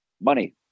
Money